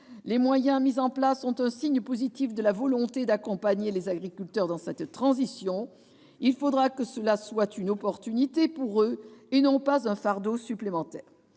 Les moyens mis en place sont un signe positif de la volonté d'accompagner les agriculteurs dans cette transition. Il faudra que cela soit une opportunité pour eux et non pas un fardeau supplémentaire.